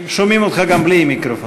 שומעים אותך גם בלי מיקרופון.